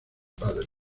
padre